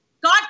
God